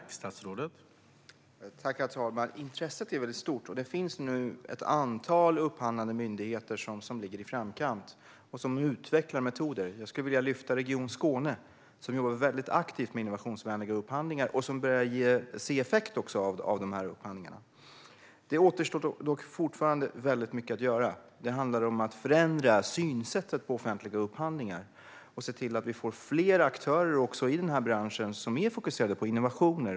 Herr talman! Intresset är väldigt stort, och ett antal upphandlande myndigheter ligger i framkant och utvecklar metoder. Jag skulle vilja lyfta fram Region Skåne, som jobbar aktivt med innovationsvänliga upphandlingar och också börjar se effekt av dessa upphandlingar. Mycket återstår dock fortfarande att göra. Det handlar om att förändra synen på offentliga upphandlingar och se till att vi får fler aktörer i denna bransch som är fokuserade på innovationer.